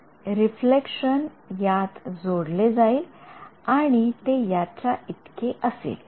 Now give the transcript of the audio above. विद्यार्थी रिफ्लेक्शन यात जोडले जाईल आणि ते याच्या इतके असेल